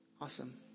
Awesome